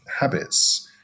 habits